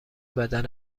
بدن